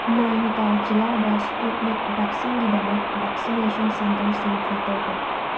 ꯅꯥꯏꯅꯤꯇꯥꯜ ꯖꯤꯂꯥꯗ ꯁ꯭ꯄꯨꯠꯅꯤꯛ ꯚꯦꯛꯁꯤꯟꯒꯤꯗꯃꯛ ꯚꯦꯛꯁꯤꯅꯦꯁꯟ ꯁꯦꯟꯇꯔꯁꯤꯡ ꯐꯤꯜꯇꯔ ꯇꯧ